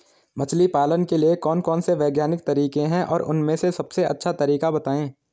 मछली पालन के लिए कौन कौन से वैज्ञानिक तरीके हैं और उन में से सबसे अच्छा तरीका बतायें?